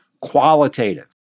qualitative